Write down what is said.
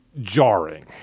jarring